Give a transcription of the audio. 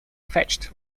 fetched